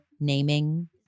naming